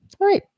right